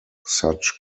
such